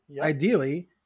ideally